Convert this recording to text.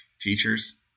teachers